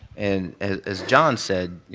and as john said,